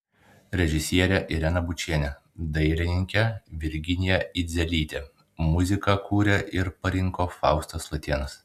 režisierė irena bučienė dailininkė virginija idzelytė muziką kūrė ir parinko faustas latėnas